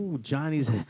Johnny's